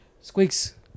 Squeaks